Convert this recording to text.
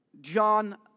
John